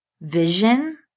vision